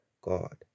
God